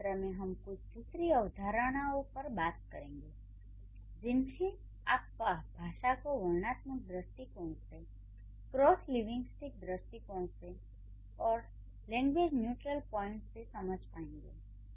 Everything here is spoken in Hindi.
अगले सत्र में हम कुछ दूसरी अवधारणाओं पर बात करेंगे जिनमें आप भाषा को वर्णनात्मक दृष्टिकोण से क्रॉस लिंग्विस्टिक दृष्टिकोण से और लैंग्वेज न्यूट्रल पॉइंट से समझ पाएँगे